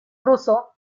ruso